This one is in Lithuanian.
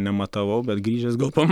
nematavau bet grįžęs galbūt